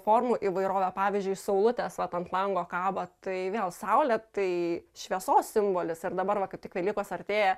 formų įvairovė pavyzdžiui saulutės vat ant lango kaba tai vėl saulė tai šviesos simbolis ir dabar va kaip tik velykos artėja